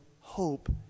hope